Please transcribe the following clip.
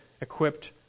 equipped